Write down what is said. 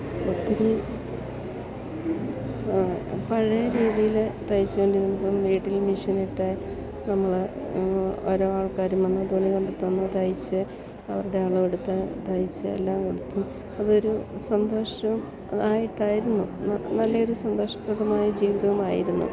ഒത്തിരി പഴയ രീതിയിൽ തയ്ച്ചു കൊണ്ടിരുന്നപ്പം വീട്ടിൽ മിഷ്യൻ ഇട്ടു നമ്മൾ ഓരോ ആൾക്കാരും വന്നു തുണി കൊണ്ടു തന്നു തയ്ച്ചു അവരുടെ അളവ് എടുത്ത് തയ്ച്ചു എല്ലാം കൊടുത്തും അതൊരു സന്തോഷം ആയിട്ടായിരുന്നു നല്ല ഒരു സന്തോഷപ്രദമായ ജീവിതവുമായിരുന്നു